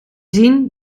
zien